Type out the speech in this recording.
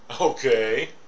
okay